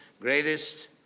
greatest